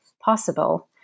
possible